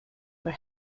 were